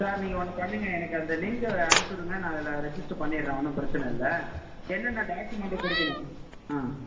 sir நீங்கள் ஒன்று பண்ணுங்கள் எனக்கு அந்த லிங்க்கை அனுப்புச்சுவிடுங்க நான் அதில் ரிஜிஸ்டர் பண்ணிடுறேன் ஒன்றும் பிரச்சன இல்லை என்னென்ன டாக்குமெண்ட்டு கொடுக்கணும் ஆ